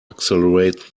accelerate